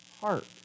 heart